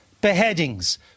Beheadings